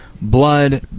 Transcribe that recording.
blood